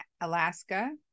Alaska